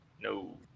No